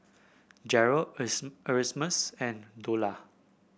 Jeryl Erasmus and Dola